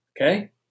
Okay